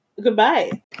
goodbye